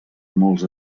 molts